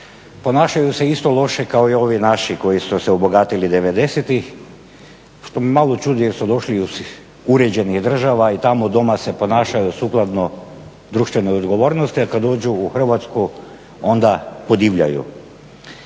ponašaju se isto loše kao i ovi naši koji su se obogatili '90.-tih što me malo čudi jer su došli iz uređenih država i tamo doma se ponašaju sukladno društvenoj odgovornosti a kada dođu u Hrvatsku onda podivljaju.